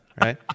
right